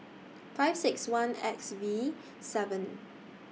five six one X V seven